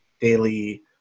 daily